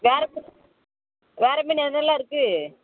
வேறு வேறு மீன் என்னெல்லாம் இருக்குது